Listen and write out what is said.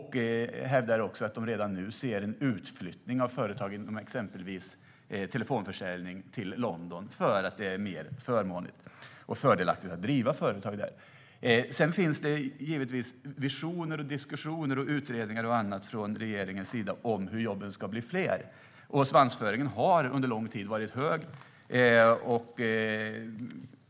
Han hävdar också att de redan nu ser en utflyttning av företag inom exempelvis telefonförsäljning till London, eftersom det är mer fördelaktigt att driva företag där. Det finns givetvis visioner, diskussioner, utredningar och annat från regeringen om hur jobben ska bli fler. Och svansföringen har varit hög under lång tid.